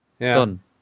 Done